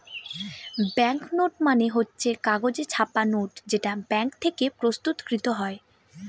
bank note মানে হচ্ছে কাগজে ছাপা নোট যেটা ব্যাঙ্ক থেকে প্রস্তুত কৃত হয়